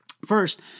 First